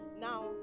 Now